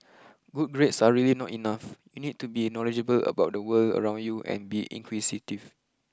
good grades are really not enough you need to be knowledgeable about the world around you and be inquisitive